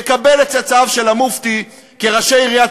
יקבל את צאצאיו של המופתי כראשי עיריית